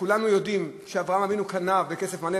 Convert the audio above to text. שכולנו יודעים שאברהם אבינו קנה בכסף מלא,